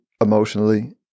emotionally